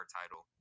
title